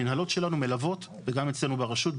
המנהלות שלנו מלוות וגם אצלנו ברשות,